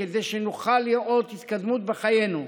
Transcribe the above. כדי שנוכל לראות התקדמות בחיינו.